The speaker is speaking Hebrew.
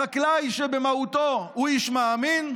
החקלאי, שבמהותו הוא איש מאמין,